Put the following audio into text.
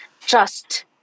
trust